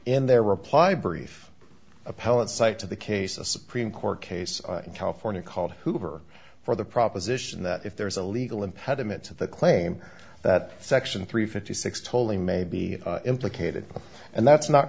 in their reply brief appellate cite to the case a supreme court case in california called hoover for the proposition that if there is a legal impediment to the claim that section three fifty six tolly may be implicated and that's not